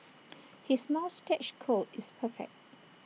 his moustache curl is perfect